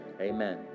Amen